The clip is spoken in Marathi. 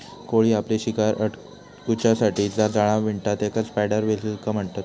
कोळी आपली शिकार अडकुच्यासाठी जा जाळा विणता तेकाच स्पायडर सिल्क म्हणतत